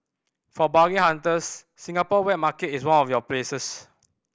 for bargain hunters Singapore wet market is one of your places